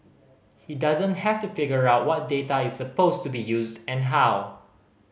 he doesn't have to figure out what data is supposed to be used and how